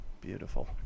Beautiful